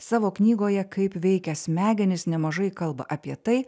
savo knygoje kaip veikia smegenys nemažai kalba apie tai